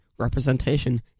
Representation